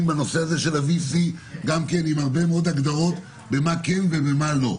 בנושא של ה-VC עם הרבה הגדרות במה כן ובמה לא.